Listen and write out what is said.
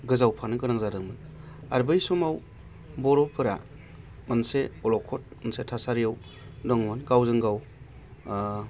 गोजावफानो गोनां जादोंमोन आरो बै समाव बर'फोरा मोनसे अल'खद मोनसे थासारियाव दंमोन गावजों गाव